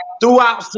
throughout